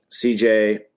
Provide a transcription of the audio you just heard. cj